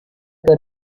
que